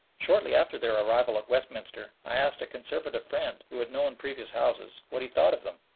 shortly after their arrival at westminster i asked a conservative friend, who had known previous houses, what he thought of them.